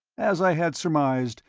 as i had surmised,